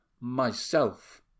myself